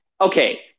Okay